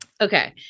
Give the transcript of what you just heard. Okay